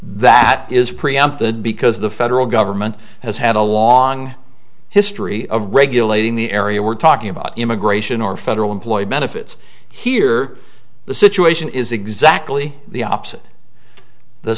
that is preempt the because the federal government has had a long history of regulating the area we're talking about immigration or federal employee benefits here the situation is exactly the opposite the